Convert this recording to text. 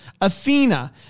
Athena